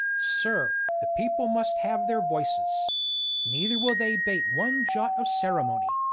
sir, the people must have their voices neither will they bate one jot of ceremony.